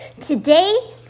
Today